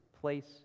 place